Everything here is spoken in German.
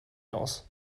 aus